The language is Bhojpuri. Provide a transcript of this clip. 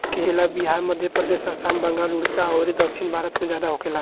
केला बिहार, मध्यप्रदेश, आसाम, बंगाल, उड़ीसा अउरी दक्षिण भारत में ज्यादा होखेला